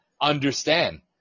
understand